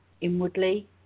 inwardly